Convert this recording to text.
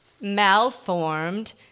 malformed